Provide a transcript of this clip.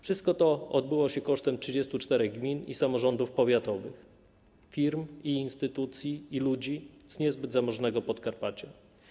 Wszystko to odbyło się kosztem 34 gmin i samorządów powiatowych, firm i instytucji, i ludzi z niezbyt zamożnego Podkarpacia.